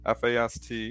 FAST